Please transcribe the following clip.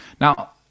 now